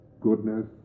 goodness